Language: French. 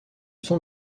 son